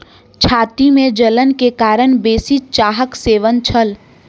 छाती में जलन के कारण बेसी चाहक सेवन छल